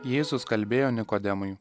jėzus kalbėjo nikodemui